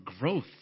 growth